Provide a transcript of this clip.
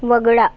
वगळा